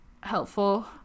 helpful